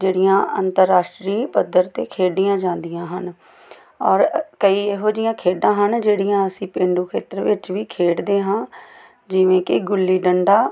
ਜਿਹੜੀਆਂ ਅੰਤਰਰਾਸ਼ਟਰੀ ਪੱਧਰ 'ਤੇ ਖੇਡੀਆਂ ਜਾਂਦੀਆਂ ਹਨ ਔਰ ਕਈ ਇਹੋ ਜਿਹੀਆਂ ਖੇਡਾਂ ਹਨ ਜਿਹੜੀਆਂ ਅਸੀਂ ਪੇਂਡੂ ਖੇਤਰ ਵਿੱਚ ਵੀ ਖੇਡਦੇ ਹਾਂ ਜਿਵੇਂ ਕਿ ਗੁੱਲੀ ਡੰਡਾ